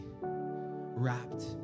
wrapped